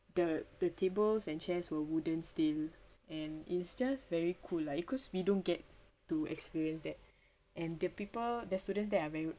the the tables and chairs were wooden still and it's just very cool lah because we don't get to experience that and the people the students there are very